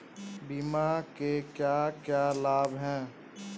बीमा के क्या क्या लाभ हैं?